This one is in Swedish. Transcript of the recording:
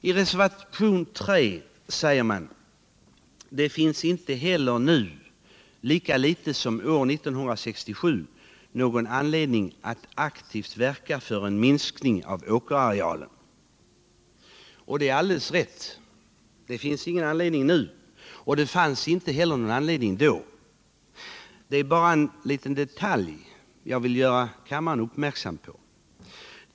I reservationen 3 säger man: ”Det finns inte heller nu, lika litet som år 1967, någon anledning att —-—-—- aktivt verka för en minskning av arealen.” Det är alldeles rätt. Det finns ingen anledning nu och det fanns inte heller någon anledning då. Det är bara en liten detalj jag vill göra kammaren uppmärksam på.